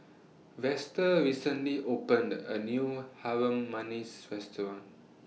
Vester recently opened A New Harum Manis Restaurant